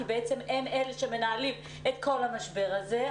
כי הם אלה שמנהלים את כל המשבר הזה?